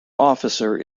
officer